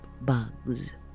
bugs